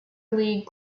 league